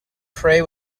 pray